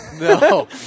No